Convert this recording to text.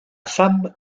femme